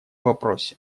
вопросе